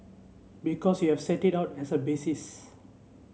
because you have set it out as a basis